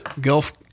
Gulf